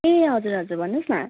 ए हजुर हजुर भन्नु होस् न